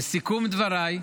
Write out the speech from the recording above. לסיכום דבריי,